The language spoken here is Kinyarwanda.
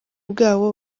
bwabo